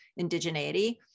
indigeneity